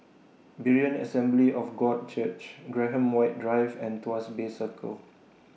Berean Assembly of God Church Graham White Drive and Tuas Bay Circle